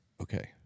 okay